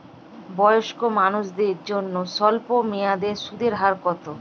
বয়স্ক মানুষদের জন্য স্বল্প মেয়াদে সুদের হার কত?